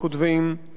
ובמיוחד,